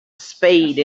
spade